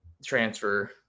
transfer